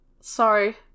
Sorry